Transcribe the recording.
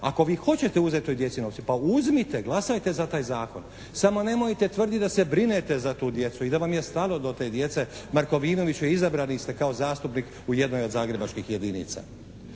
Ako vi hoćete uzeti toj djeci novce, pa uzmite. Glasajte za taj zakon. Samo nemojte tvrditi da se brinete za tu djecu i da vam je stalo do te djece. Markovinoviću izabrani ste kao zastupnik u jednoj od zagrebačkih jedinica.